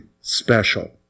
special